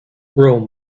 rome